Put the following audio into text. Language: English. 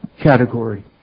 category